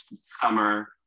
summer